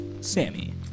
Sammy